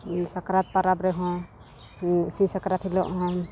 ᱥᱟᱠᱨᱟᱛ ᱯᱚᱨᱚᱵᱽ ᱨᱮᱦᱚᱸ ᱥᱤᱧ ᱥᱟᱠᱨᱟᱛ ᱦᱤᱞᱳᱜ ᱦᱚᱸ